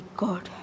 god